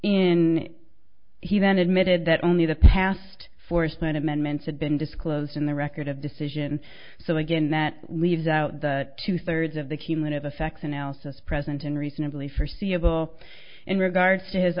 in he then admitted that only the past for certain amendments had been disclosed in the record of decision so again that leaves out the two thirds of the cumulative effects analysis present and reasonably forseeable in regards to his